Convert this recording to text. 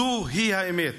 זוהי האמת.